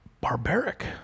barbaric